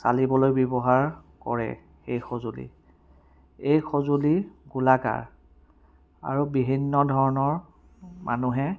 চালিবলৈ ব্যৱহাৰ কৰে এই সঁজুলি এই সঁজুলি গোলাকাৰ আৰু বিভিন্ন ধৰণৰ মানুহে